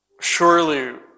surely